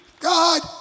God